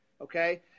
okay